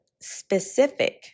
specific